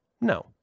No